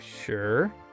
Sure